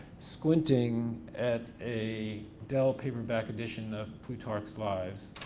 squinting at a dell paperback edition of plutarch's lives.